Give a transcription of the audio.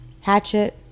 hatchet